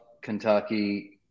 Kentucky